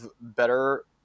better